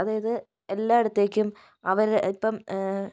അതായത് എല്ലായിടത്തേക്കും അവർ ഇപ്പം